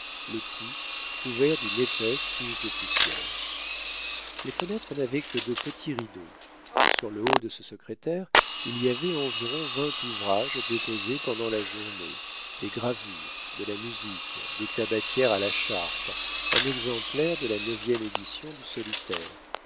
le tout couvert d'une épaisse couche de poussière les fenêtres n'avaient que de petits rideaux sur le haut de ce secrétaire il y avait environ vingt ouvrages déposés pendant la journée des gravures de la musique des tabatières à la charte un exemplaire de la neuvième édition du solitaire